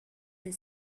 and